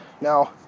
Now